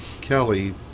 Kelly